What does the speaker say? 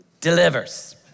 delivers